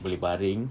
boleh baring